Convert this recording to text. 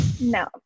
No